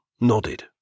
nodded